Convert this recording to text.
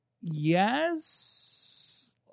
Yes